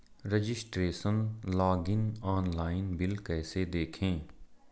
Registration login online bill कैसे देखें?